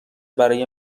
برای